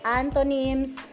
antonyms